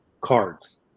cards